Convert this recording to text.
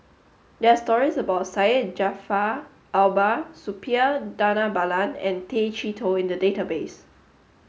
there are stories about Syed Jaafar Albar Suppiah Dhanabalan and Tay Chee Toh in the database